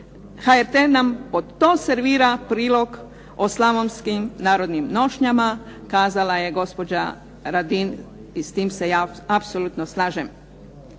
HRT nam pod to servira prilog o slavnoskim narodnim nošnjama, kazala je gospođa Radin i s tim se ja apsolutno slažem.